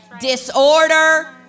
disorder